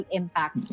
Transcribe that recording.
impact